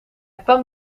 kwam